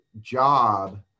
job